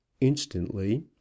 instantly